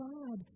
God